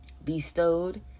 bestowed